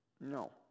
No